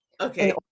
okay